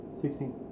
Sixteen